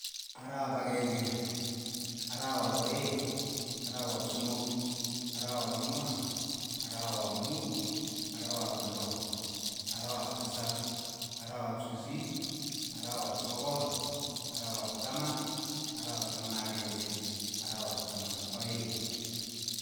Arawap akeng'e, arawap aeng', arawap somok, arawap ang'wan, arawap mut, arawap lo, arawap tisap, arawap sisiit, arawap sokol, arawap taman, arawap taman ak akeng'e, arawap taman ak aeng'.